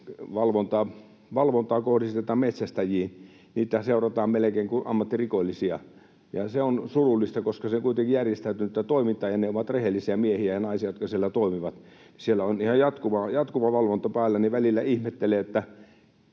valvontaa kohdistetaan metsästäjiin. Niitähän seurataan melkein kuin ammattirikollisia, ja se on surullista, koska se on kuitenkin järjestäytynyttä toimintaa ja ne ovat rehellisiä miehiä ja naisia, jotka siellä toimivat. Siellä on ihan jatkuva valvonta päällä, ja välillä ihmettelen, kun